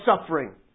suffering